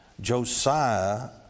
Josiah